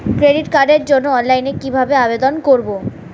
Credit কার্ডের জন্য অনলাইনে কিভাবে আবেদন করব?